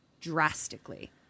drastically